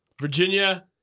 Virginia